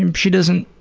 um she doesn't,